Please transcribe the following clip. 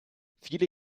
viele